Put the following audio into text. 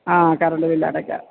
ആ current bill അടയ്ക്കാം